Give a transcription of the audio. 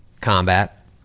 Combat